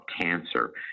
cancer